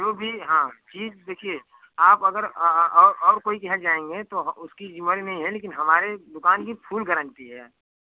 जो भी हाँ चीज देखिए आप अगर और और कोई के यहाँ जाएंगे तो उसकी जिम्मेवारी नहीं है लेकिन हमारे दुकान की फुल गारंटी है